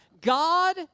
God